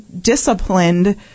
disciplined